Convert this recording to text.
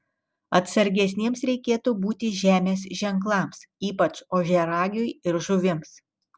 atsargesniems reikėtų būti žemės ženklams ypač ožiaragiui ir žuvims